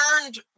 learned